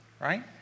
right